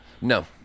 No